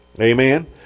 amen